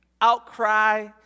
outcry